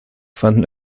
fanden